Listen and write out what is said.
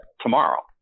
tomorrow